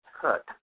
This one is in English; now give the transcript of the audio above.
cut